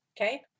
Okay